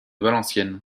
valenciennes